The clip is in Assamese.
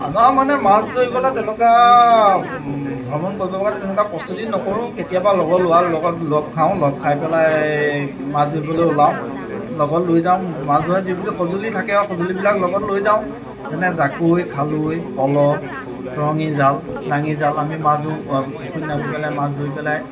আমাৰ মানে মাছ ধৰিবলৈ তেনেকুৱা ভ্ৰমণ কৰিবলগাতো তেনেকুৱা প্ৰস্তুতি নকৰোঁ কেতিয়াবা লগৰ ল'ৰাৰ লগত লগ খাওঁ লগ খাই পেলাই মাছ ধৰিবলৈ ওলাওঁ লগত লৈ যাওঁ মাছ ধৰা যিখিনি সঁজুলি থাকে আৰু সঁজুলিবিলাক লগত লৈ যাওঁ যেনে জাকৈ খালৈ পল' টৰঙি জাল লাঙি জাল আমি মাছ ধৰোঁ পুখুৰীত নামি পেলাই মাছ ধৰোঁ ধৰি পেলাই